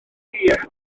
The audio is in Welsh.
hir